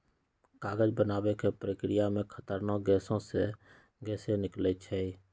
कागज बनाबे के प्रक्रिया में खतरनाक गैसें से निकलै छै